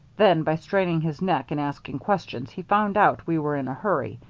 then by straining his neck and asking questions, he found out we were in a hurry,